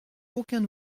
aucun